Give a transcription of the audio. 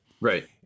Right